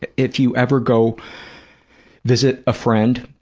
ah if you ever go visit a friend,